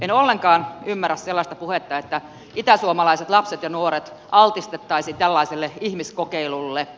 en ollenkaan ymmärrä sellaista puhetta että itäsuomalaiset lapset ja nuoret altistettaisiin tällaiselle ihmiskokeilulle